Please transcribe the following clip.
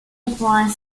alpine